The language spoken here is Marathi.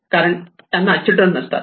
कारण त्यांना चिल्ड्रन नसतात